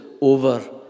over